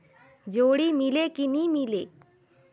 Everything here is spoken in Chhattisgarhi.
जोणी मीले कि नी मिले?